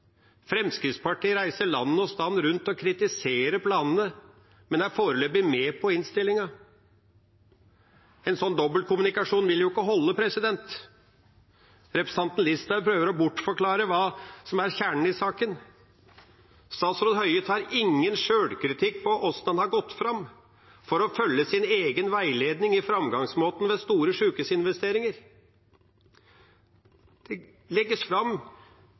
Fremskrittspartiet reiser land og strand rundt og kritiserer planene, men er foreløpig med på innstillinga. En sånn dobbeltkommunikasjon vil jo ikke holde. Representanten Listhaug prøver å bortforklare hva som er kjernen i saken. Statsråd Høie tar ingen sjølkritikk for hvordan han har gått fram med hensyn til å følge sin egen veiledning for framgangsmåte ved store sykehusinvesteringer. Det legges fram